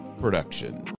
production